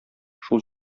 шул